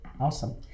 Awesome